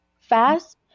fast